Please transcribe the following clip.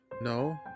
no